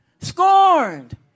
scorned